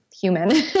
human